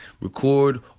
record